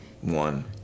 One